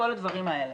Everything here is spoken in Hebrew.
כל הדברים האלה.